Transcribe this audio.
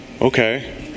okay